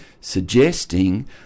suggesting